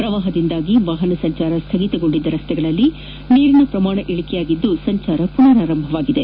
ಪ್ರವಾಹದಿಂದಾಗಿ ವಾಹನ ಸಂಚಾರ ಸ್ವಗಿತಗೊಂಡಿದ್ದ ರಸ್ತೆಗಳಲ್ಲಿ ನೀರಿನ ಪ್ರಮಾಣ ಇಳಿಕೆಯಾಗಿದ್ದು ಸಂಚಾರ ಪುನರಾರಂಭವಾಗಿದೆ